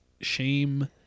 shame